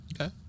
Okay